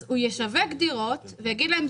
הוא ישווק דירות ויגיד להם,